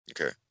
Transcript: Okay